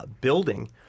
building